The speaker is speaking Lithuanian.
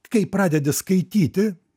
kai pradedi skaityti